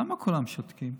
למה כולם שותקים?